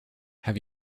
have